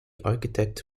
architect